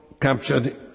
captured